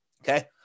Okay